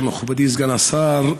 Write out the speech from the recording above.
מכובדי סגן השר,